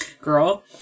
girl